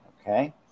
okay